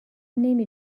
نمی